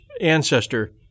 ancestor